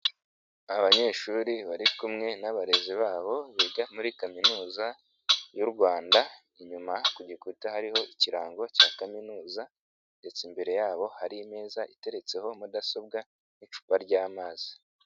Abanyeshuri bari kumwe n'abarezi babo biga muri kaminuza y'u Rwanda, inyuma ku gikuta hariho ikirango cya kaminuza ndetse imbere yabo hari imeza iteretseho mudasobwa n'icupa ry'amazi.